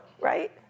right